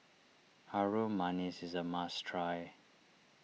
Harum Manis is a must try